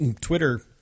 Twitter